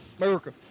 America